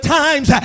times